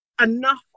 enough